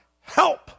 help